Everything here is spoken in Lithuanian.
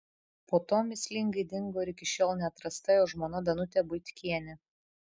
po to mįslingai dingo ir iki šiol neatrasta jo žmona danutė buitkienė